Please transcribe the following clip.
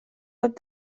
web